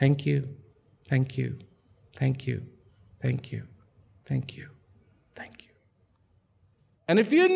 thank you thank you thank you thank you thank you and if you